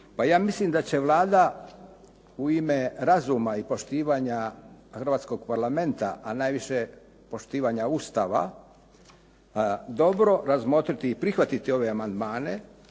pa ja mislim da će Vlada u ime razuma i poštivanja Hrvatskog parlamenta, a najviše poštivanja Ustava dobro razmotriti i prihvatiti ove amandmane.